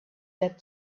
that